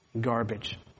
garbage